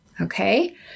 okay